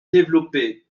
développée